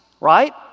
right